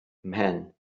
mhen